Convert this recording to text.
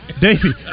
Davey